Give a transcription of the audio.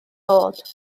bod